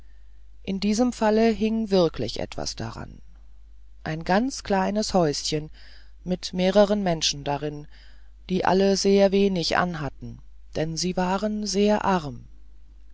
in diesem falle hing wirklich etwas daran ein ganz kleines häuschen mit mehreren menschen drinnen die alle sehr wenig anhatten denn sie waren sehr arm